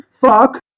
Fuck